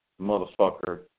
motherfucker